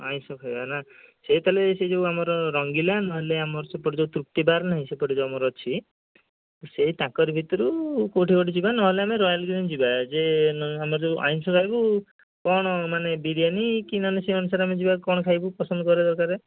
ଆଇଁଷ ଖାଇବା ନା ସେ ତା'ହେଲେ ସେ ଯେଉଁ ଆମର ରଙ୍ଗିଲା ନହେଲେ ଆମର ସେପଟେ ଯେଉଁ ତୃପ୍ତି ବାର୍ ନାହିଁ ସେପଟେ ଯେଉଁ ଆମର ଅଛି ସେ ତାଙ୍କରି ଭିତରୁ କେଉଁଠି ଗୋଟେ ଯିବା ନହେଲେ ଆମେ ରୟାଲ୍ ଗ୍ରୀନ୍ ଯିବା ଯେ ଆମେ ଯେଉଁ ଆଇଁଷ ଖାଇବୁ କ'ଣ ମାନେ ବିରିୟାନି କି ନହେଲେ ସେହି ଅନୁସାରେ ଆମେ ଯିବା କ'ଣ ଖାଇବୁ ପସନ୍ଦ କରିବା ଦରକାର